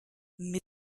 mit